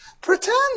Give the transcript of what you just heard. Pretend